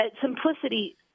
Simplicity